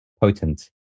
potent